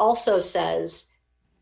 also says